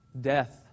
death